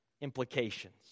implications